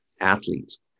athletes